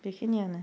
बेखिनियानो